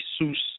Jesus